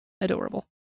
Adorable